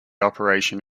operation